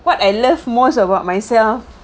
what I love most about myself